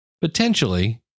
potentially